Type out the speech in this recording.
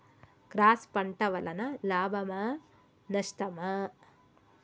Cross పంట వలన లాభమా నష్టమా?